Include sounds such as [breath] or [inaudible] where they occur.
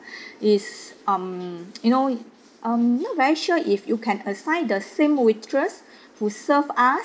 [breath] is um [noise] you know um not very sure if you can assign the same waitress who serve us